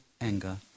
anger